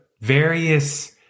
various